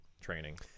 training